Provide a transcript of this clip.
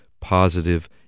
positive